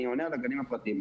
אני עונה על הגנים הפרטיים.